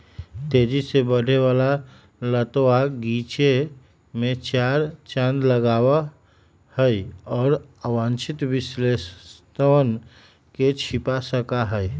तेजी से बढ़े वाला लतवा गीचे में चार चांद लगावा हई, और अवांछित विशेषतवन के छिपा सका हई